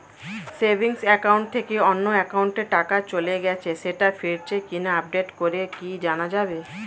Savings account থেকে অন্য একাউন্টে টাকা চলে গেছে সেটা ফিরেছে কিনা আপডেট করে কি জানা যাবে?